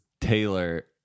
Taylor